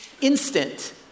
instant